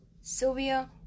Sylvia